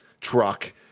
truck